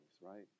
right